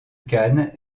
canne